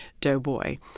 Doughboy